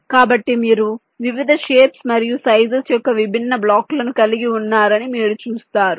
కాబట్టి మీరు వివిధ షేప్స్ మరియు సైజెస్ యొక్క విభిన్న బ్లాకులను కలిగి ఉన్నారని మీరు చూస్తారు